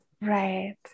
right